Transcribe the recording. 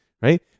right